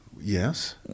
Yes